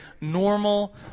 normal